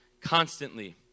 constantly